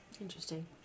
Interesting